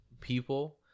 people